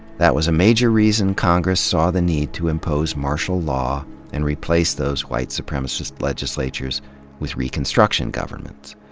that was a major reason congress saw the need to impose martial law and replace those white supremacist legislatures with reconstruction governments.